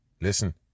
Listen